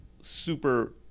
super